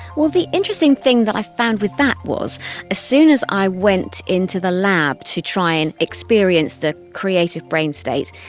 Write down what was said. well, the interesting thing that i found with that was as soon as i went into the lab to try and experience the creative brain state,